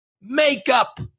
Makeup